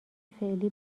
فعلی